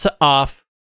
off